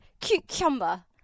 Cucumber